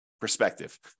Perspective